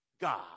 God